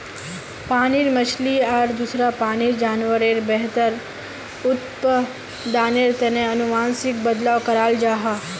पानीर मछली आर दूसरा पानीर जान्वारेर बेहतर उत्पदानेर तने अनुवांशिक बदलाव कराल जाहा